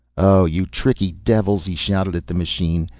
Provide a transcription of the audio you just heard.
oh you tricky devils! he shouted at the machine.